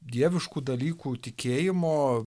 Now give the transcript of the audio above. dieviškų dalykų tikėjimo